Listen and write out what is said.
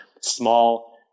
small